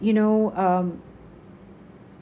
you know um